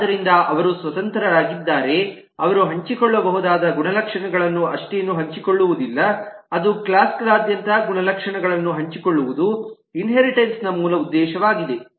ಆದ್ದರಿಂದ ಅವರು ಸ್ವತಂತ್ರರಾಗಿದ್ದರೆ ಅವರು ಹಂಚಿಕೊಳ್ಳಬಹುದಾದ ಗುಣಲಕ್ಷಣಗಳನ್ನು ಅಷ್ಟೇನೂ ಹಂಚಿಕೊಳ್ಳುವುದಿಲ್ಲ ಅದು ಕ್ಲಾಸ್ಗಳಾದ್ಯಂತ ಗುಣಲಕ್ಷಣಗಳನ್ನು ಹಂಚಿಕೊಳ್ಳುವುದು ಇನ್ಹೇರಿಟೆನ್ಸ್ ನ ಮೂಲ ಉದ್ದೇಶವಾಗಿದೆ